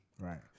Right